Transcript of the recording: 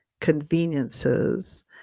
conveniences